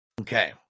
okay